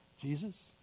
Jesus